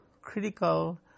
critical